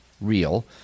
real